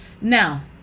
Now